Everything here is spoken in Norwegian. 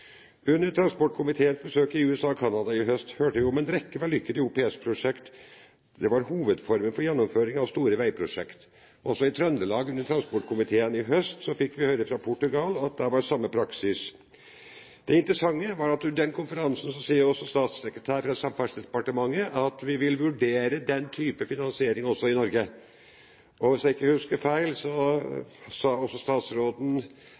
Under transport- og kommunikasjonskomiteens besøk i USA og Canada i høst hørte vi om en rekke vellykkede OPS-prosjekter. Det var hovedformen der ved gjennomføring av store veiprosjekter. Under transport- og kommunikasjonskomiteens besøk i Trøndelag i høst fikk vi høre at Portugal har samme praksis. Det interessante var at på den samme konferansen sa en statssekretær i Samferdselsdepartementet at en ville vurdere denne typen finansiering også i Norge. Hvis jeg ikke husker feil, sa også statsråden